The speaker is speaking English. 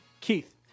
Keith